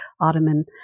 Ottoman